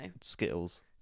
skittles